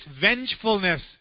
vengefulness